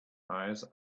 eyes